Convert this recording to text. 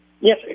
yes